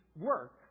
work